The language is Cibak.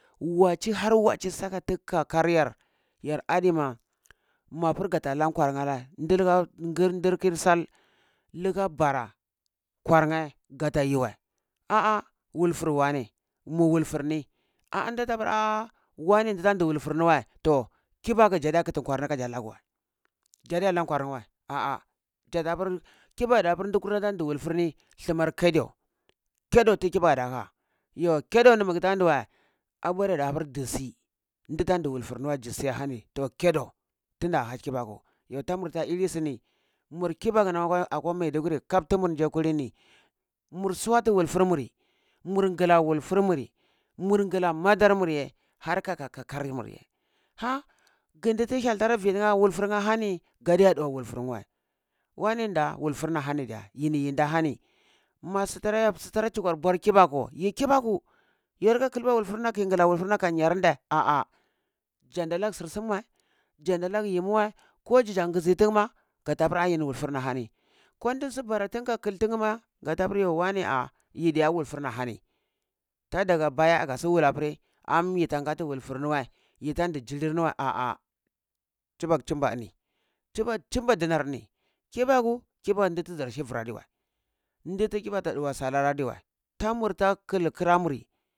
Waci har waci saka ti kakar yar yar adima, mapur gata la kwarye rei ndir kir sal lika bara kwarnye gata yuwai ah ah wulfur wane mu wulfur ni? Ah ah datapur ahah wane jila ndi wulfurni wei toh kibaku jada ki kwarni kaja lagu wei, jadi gala kwani wei, aa jada pur, kibaku dapur ndi kura ndi walfurni thumar kedo, kyagyau kedo ti kibaku da ha, yo kedo ni mag tandi wei abore da hapuro di si, ndi tandi wulfurni wa zi si yahani to kedo tinda ha kibaku yo tamur ta ili sini mur kiba ku nam kwa akwa maiduguri kap tumar nji kulini mur suwati wultur muri mur ngla wulfur mur ngla madar muye har kaka kakarmur, hah ndi ti hyel tara vi wulturnye hani gadiya dau wulfunwei, wane nda walfur na ahani diya, yin yi nda ahani masu tara chukwar buar kibaku, yi kibaku yi lika kilba wulfurna kayi nglla wufurna kan ngyar nde, ali ah jan da lag sir sum wəi jan da lag gimi wəi ko jijan ngizi tin ma kata pur ani wulfurna kon di su bara tin ka kil tini ma, gatapur yo wane ah yi diya wulfurna hani tar daga baya aga si wulapuni am yatan ngati wulturn wəi, yitan ndi judir ni wəi ah ah chubok chimba ani chibok chimba dinar ni kibaku di tia hivur adiwei ndi sa lar adiwe tamur ta kil kra muri